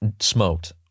smoked